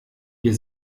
ihr